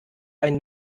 ein